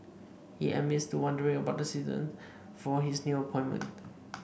he admits to wondering about the reason for his new appointment